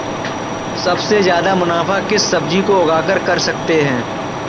सबसे ज्यादा मुनाफा किस सब्जी को उगाकर कर सकते हैं?